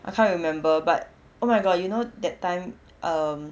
I can't remember but oh my god you know that time um